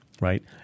right